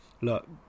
look